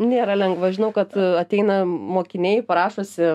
nėra lengva žinau kad ateina mokiniai prašosi